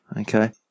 Okay